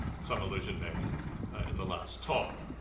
some allusion made in the last talk.